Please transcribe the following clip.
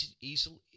easily